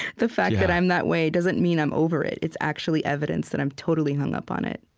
the fact that i'm that way doesn't mean i'm over it it's actually evidence that i'm totally hung up on it.